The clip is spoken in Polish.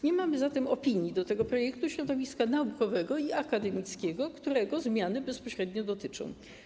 Nie mamy zatem do tego projektu opinii środowiska naukowego i akademickiego, którego zmiany bezpośrednio dotyczą.